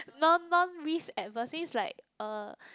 non non risk adverse says like uh